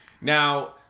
Now